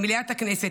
ממליאת הכנסת,